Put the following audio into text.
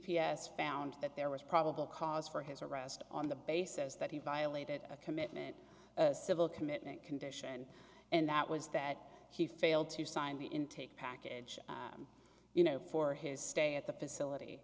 p s found that there was probable cause for his arrest on the basis that he violated a commitment civil commitment condition and that was that he failed to sign the intake package you know for his stay at the facility